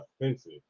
offensive